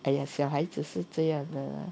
!aiya! 小孩子是这样的 lah